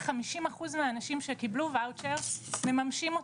חמישים אחוז מהאנשים שקיבלו ואוצ'ר ממשים אותו,